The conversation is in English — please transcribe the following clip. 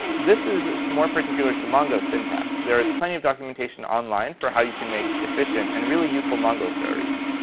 this is is more particular to mongo syntax. there's plenty of documentation online for how you can make efficient and really useful mongo queries.